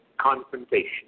confrontation